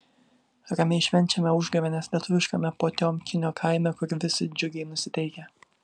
ramiai švenčiame užgavėnes lietuviškame potiomkino kaime kur visi džiugiai nusiteikę